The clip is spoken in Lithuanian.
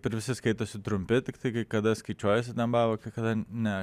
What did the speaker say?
per visi skaitosi trumpi tiktai kai kada skaičiuojasi dembava kai kada ne